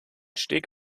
steg